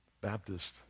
Baptist